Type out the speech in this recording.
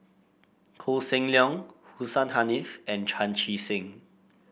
Koh Seng Leong Hussein Haniff and Chan Chee Seng